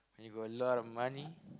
when you got a lot of money